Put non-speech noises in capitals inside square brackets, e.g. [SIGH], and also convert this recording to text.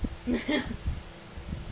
[LAUGHS]